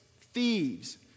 thieves